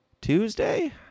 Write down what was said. Tuesday